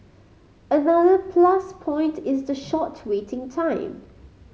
another plus point is the short waiting time